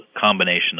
combination